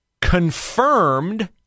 confirmed